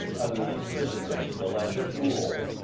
other than prisoners in the land of oo-oh,